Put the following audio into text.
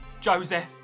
Joseph